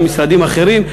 עם משרדים אחרים,